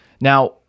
Now